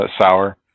sour